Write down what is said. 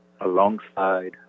alongside